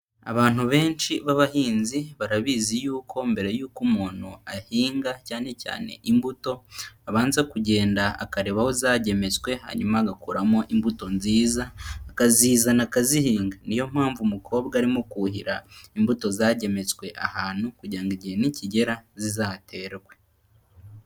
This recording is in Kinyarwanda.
Abantu benshi b'abahinzi barabizi yuko mbere y'uko umuntu ahinga cyane cyane imbuto, abanza kugenda akareba aho zagemeswe, hanyuma agakuramo imbuto nziza, akazizana akazizihinga, niyo mpamvu umukobwa arimo kuhira imbuto zagemetswe ahantu kugira ngo igihe ni kigera zizaterwe.